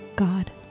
God